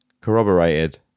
corroborated